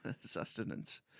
Sustenance